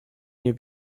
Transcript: nie